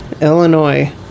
Illinois